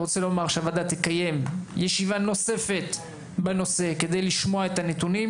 הוועדה תקיים ישיבה נוספת בנושא כדי לשמוע את הנתונים,